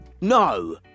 No